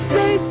Say